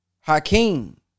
Hakeem